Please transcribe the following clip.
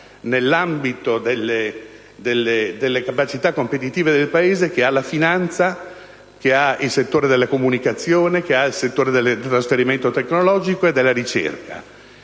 nell'ambito delle capacità competitive del Paese, hanno la finanza, il settore delle comunicazioni, quello del trasferimento tecnologico e della ricerca.